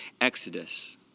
Exodus